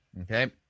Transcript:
okay